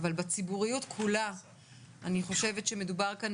בציבוריות כולה אני חושבת שמדובר כאן